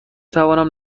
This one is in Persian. توانم